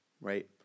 right